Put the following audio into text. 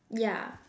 yeah